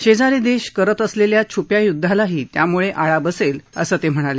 शेजारी देश करत असलेल्या छुप्या युद्धालाही त्यामुळे आळा बसेल असं ते म्हणाले